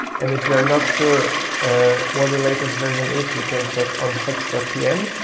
and if you are not sure ah what the latest version is, you can check on hex pm,